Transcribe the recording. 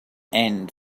end